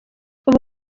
ubu